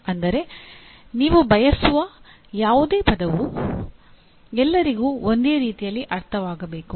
ಅಂದರೆ ನೀವು ಬಳಸುವ ಯಾವುದೇ ಪದವು ಎಲ್ಲರಿಗೂ ಒಂದೇ ರೀತಿಯಲ್ಲಿ ಅರ್ಥವಾಗಬೇಕು